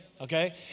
Okay